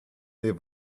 there